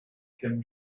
kim